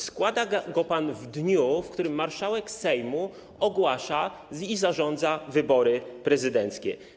Składa go pan w dniu, w którym marszałek Sejmu ogłasza i zarządza wybory prezydenckie.